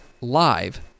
live